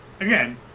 again